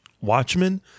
Watchmen